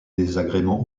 désagréments